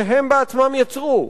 שהם עצמם יצרו,